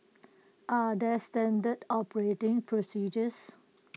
are there standard operating procedures